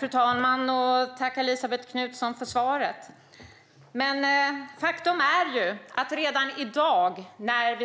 Fru talman! Jag tackar Elisabet Knutsson för svaret. Men faktum är ju att urvalet redan i dag går